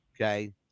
Okay